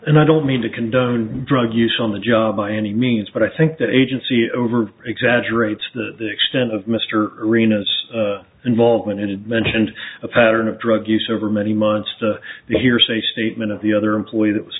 and i don't mean to condone drug use on the job by any means but i think the agency over exaggerate the extent of mr arenas involvement in and mentioned a pattern of drug use over many months the hearsay statement of the other employee that was